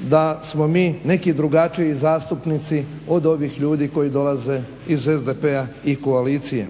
da smo mi neki drugačiji zastupnici od ovih ljudi koji dolaze iz SDP-a i koalicije.